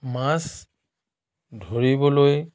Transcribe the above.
মাছ ধৰিবলৈ